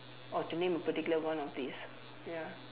or to name a particular one of these ya